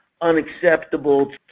unacceptable